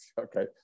Okay